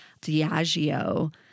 Diageo